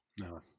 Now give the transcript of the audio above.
No